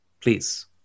please